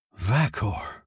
Vakor